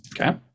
Okay